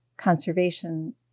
conservation